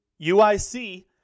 UIC